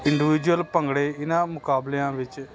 individual ਭੰਗੜੇ ਇਹਨਾਂ ਮੁਕਾਬਲਿਆਂ ਵਿੱਚ